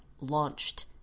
launched